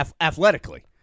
Athletically